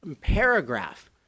paragraph